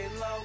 low